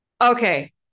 okay